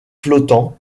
flottant